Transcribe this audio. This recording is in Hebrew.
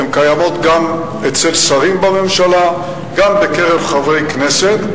והן קיימות גם אצל שרים בממשלה וגם בקרב חברי כנסת.